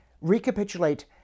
recapitulate